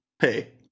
hey